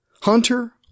Hunter